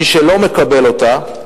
מי שלא מקבל אותה,